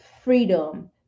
freedom